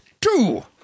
Two